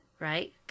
Right